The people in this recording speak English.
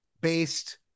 based